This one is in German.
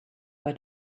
bei